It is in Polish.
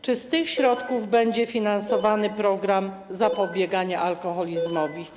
Czy z tych środków będzie finansowany program zapobiegania alkoholizmowi?